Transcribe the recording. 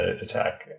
attack